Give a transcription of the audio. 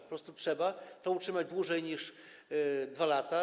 Po prostu trzeba to utrzymać dłużej niż 2 lata.